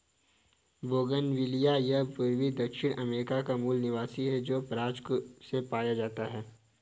bougainvillea यह पूर्वी दक्षिण अमेरिका का मूल निवासी है, जो ब्राज़ से पाया जाता है